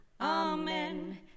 Amen